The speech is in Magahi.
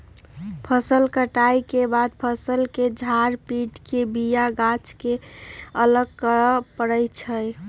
फसल कटाइ के बाद फ़सल के झार पिट के बिया गाछ के अलग करे परै छइ